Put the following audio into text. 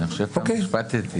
רון, אני קורא אותך לסדר פעם שלישית.